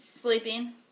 Sleeping